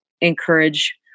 encourage